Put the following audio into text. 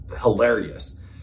hilarious